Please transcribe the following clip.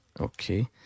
Okay